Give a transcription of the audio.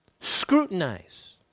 scrutinize